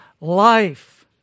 life